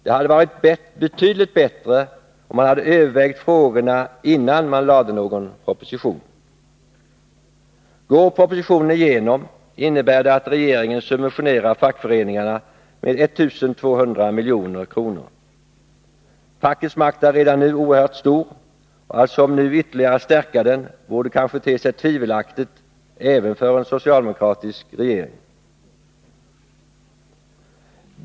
Det hade varit betydligt bättre om man hade övervägt frågorna innan man framlade någon proposition. Går propositionen igenom innebär det att regeringen subventionerar fackföreningarna med 1 200 milj.kr. Fackets makt är redan nu oerhört stor och att som nu ytterligare stärka den borde kanske te sig tvivelaktigt även för en socialdemokratisk regering.